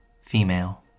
female